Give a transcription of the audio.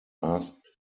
asked